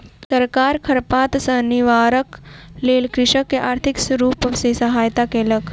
सरकार खरपात सॅ निवारणक लेल कृषक के आर्थिक रूप सॅ सहायता केलक